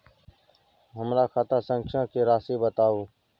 हमर खाता संख्या के राशि बताउ